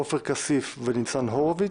עופר כסיף וניצן הורוביץ,